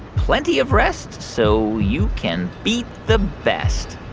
plenty of rest, so you can beat the best.